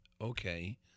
Okay